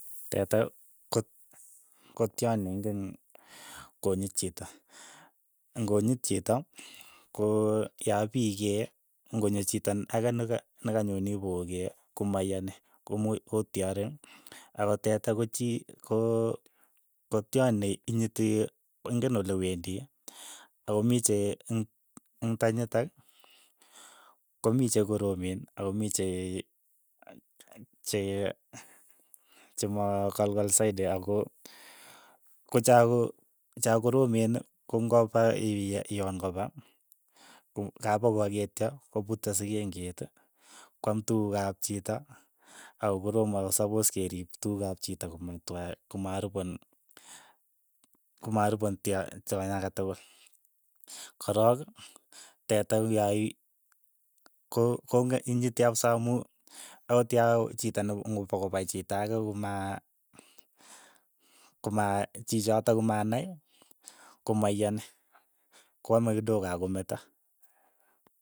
Teta ko- ko tyony ne ing'en konyit chito. ng'onyit chito, ko yapikee, ng'o nyo chito ake na ka na kanyoni pokokee, komaiyani komuu kotyare ako teta ko chii ko- ko tyony ne inyiti, in'gen ole wendi ako mi che in ing'tanyitak komii chekoromen ako mii chee chee chemokolokol saiti ako kocha ko chakoromen ko ng'opa ipiy iyon kopa ko kapokwaketia kopute sikenget, kwam tukuk ap chito, akokoroom, ako sapos keriip tukuk ap chito komwatwaa komaaripwen komaaripwen tyon teny ake tukul, korok, teta ko kiyai ko- ko- kong'en inyiti kapsa amu akot ya chiito nepo ng'opokopae chito komaa koma chichoto komanai, komaiyani, ko ame kidogo ak kometa.